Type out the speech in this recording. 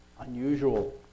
Unusual